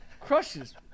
crushes